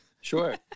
Sure